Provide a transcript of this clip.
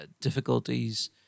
difficulties